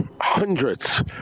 hundreds